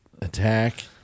attack